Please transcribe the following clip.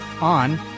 on